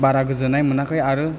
बारा गोजोन्नाय मोनाखै आरो